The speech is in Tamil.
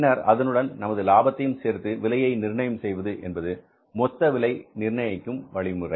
பின்னர் அதனுடன் நமது லாபத்தையும் சேர்த்து விலையை நிர்ணயம் செய்வது என்பது மொத்த விலை நிர்ணயிக்கும் வழிமுறை